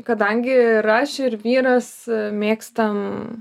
kadangi ir aš ir vyras mėgstam